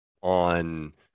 on